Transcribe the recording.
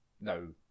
no